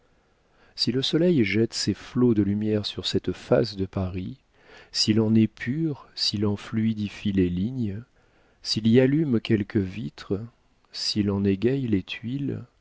si le soleil jette ses flots de lumière sur cette face de paris s'il en épure s'il en fluidifie les lignes s'il y allume quelques vitres s'il en égaie les tuiles